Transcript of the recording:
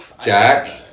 Jack